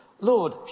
Lord